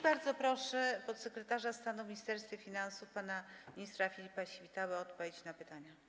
Bardzo proszę podsekretarza stanu w Ministerstwie Finansów pana ministra Filipa Świtałę o odpowiedź na pytania.